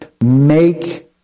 make